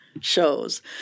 shows